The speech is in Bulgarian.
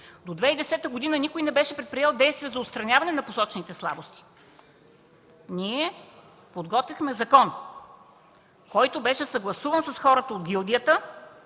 До 2010 г. никой не беше предприел действия за отстраняване на посочените слабости. Ние подготвихме закон, който беше съгласуван с хората от гилдията